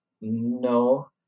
no